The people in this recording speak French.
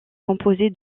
composée